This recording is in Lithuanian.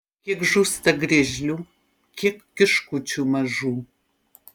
kiek žūsta griežlių kiek kiškučių mažų